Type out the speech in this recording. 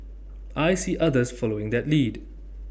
I see others following that lead